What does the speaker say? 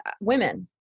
women